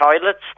toilets